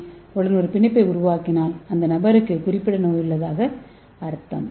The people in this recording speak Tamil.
ஏ உடன் ஒரு பிணைப்பை உருவாக்கினால் அந்த நபருக்கு குறிப்பிட்ட நோய் இருப்பதாக அர்த்தம்